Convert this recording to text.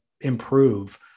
improve